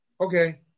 Okay